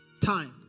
Time